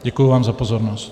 Děkuji vám za pozornost.